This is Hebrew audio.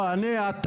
מרכול מקומי,